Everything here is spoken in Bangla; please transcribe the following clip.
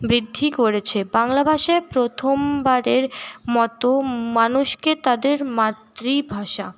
বৃদ্ধি করেছে বাংলা ভাষায় প্রথমবারের মতো মানুষকে তাদের মাতৃভাষা